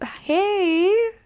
Hey